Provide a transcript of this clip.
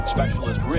Specialist